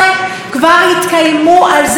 ועד עכשיו אין תקצוב.